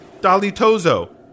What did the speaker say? Dalitozo